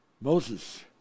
Moses